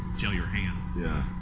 gel your hands. yeah.